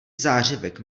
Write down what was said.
zářivek